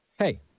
Hey